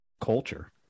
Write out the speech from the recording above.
culture